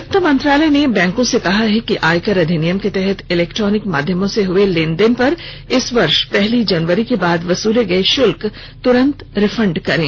वित्त मंत्रालय ने बैंकों से कहा है कि आयकर अधिनियम के तहत इलेक्ट्रोनिक माध्यमों से हुए लेनदेन पर इस वर्ष पहली जनवरी के बाद वसूले गये शुल्क तुरंत रिफंड करें